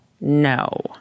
No